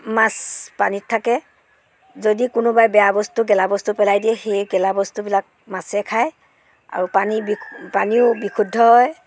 মাছ পানীত থাকে যদি কোনোবাই বেয়া বস্তু গেলা বস্তু পেলাই দিয়ে সেই গেলা বস্তুবিলাক মাছে খাই আৰু পানী বিশু পানীও বিশুদ্ধ হয়